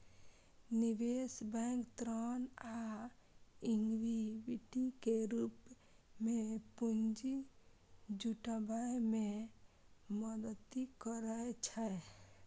निवेश बैंक ऋण आ इक्विटी के रूप मे पूंजी जुटाबै मे मदति करै छै